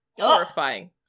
horrifying